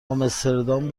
آمستردام